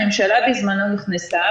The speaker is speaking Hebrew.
הממשלה בזמנו נכנסה,